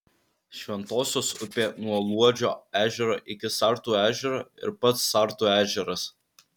šventosios upė nuo luodžio ežero iki sartų ežero ir pats sartų ežeras